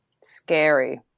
Scary